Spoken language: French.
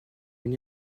une